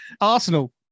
Arsenal